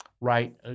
right